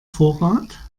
vorrat